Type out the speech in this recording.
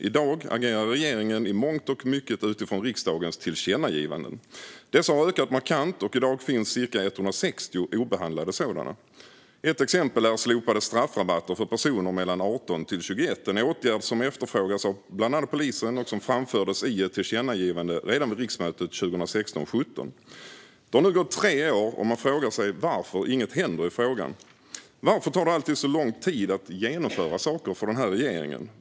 I dag agerar regeringen i mångt och mycket utifrån riksdagens tillkännagivanden. Dessa har ökat markant. I dag finns ca 160 obehandlade sådana. Ett exempel är slopade straffrabatter för personer mellan 18 och 21 år, en åtgärd som efterfrågas av bland annat polisen och som framfördes i ett tillkännagivande redan vid riksmötet 2016/17. Det har nu gått tre år, och man frågar sig varför inget händer i frågan. Varför tar det alltid så lång tid att genomföra saker för den här regeringen?